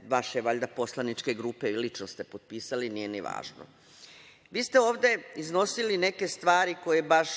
ime vaše poslaničke grupe i lično ste potpisali, nije ni važno. Vi ste ovde iznosili neke stvari koje baš